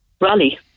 rally